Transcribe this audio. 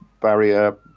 barrier